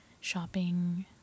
shopping